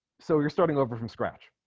so you're starting over from scratch